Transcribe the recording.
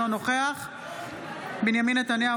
אינו נוכח בנימין נתניהו,